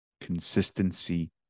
consistency